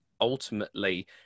ultimately